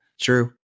True